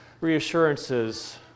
reassurances